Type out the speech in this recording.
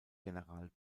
general